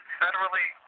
federally